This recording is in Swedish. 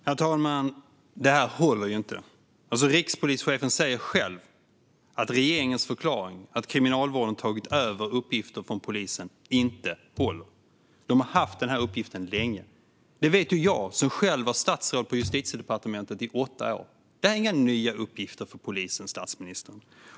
Herr talman! Det här håller inte. Rikspolischefen säger själv att regeringens förklaring, att Kriminalvården har tagit över uppgifter från polisen, inte håller. De har haft den uppgiften länge. Det vet jag, som själv var statsråd på Justitiedepartementet i åtta år. Det är inga nya uppgifter, statsministern.